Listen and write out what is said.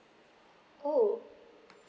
oh